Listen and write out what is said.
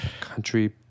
Country